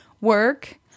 work